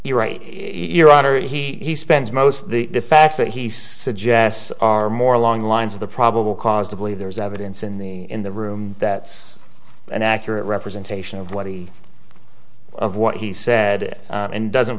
you're right your honor he spends most of the facts that he suggests are more along the lines of the probable cause to believe there's evidence in the in the room that an accurate representation of what he of what he said and doesn't